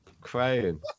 Crying